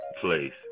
place